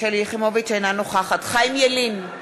אינה נוכחת חיים ילין,